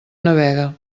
navega